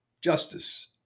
Justice